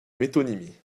métonymie